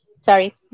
Sorry